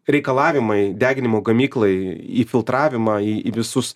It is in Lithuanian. reikalavimai deginimo gamyklai į filtravimą į visus